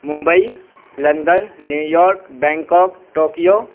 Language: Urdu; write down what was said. Mumbai London New York Bangkok Tokyo